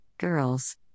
Girls